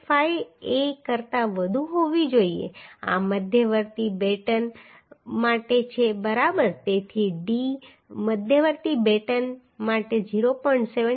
75a કરતાં વધુ હોવી જોઈએ આ મધ્યવર્તી બેટન મધ્યવર્તી બેટન માટે છે બરાબર તેથી d મધ્યવર્તી બેટન માટે 0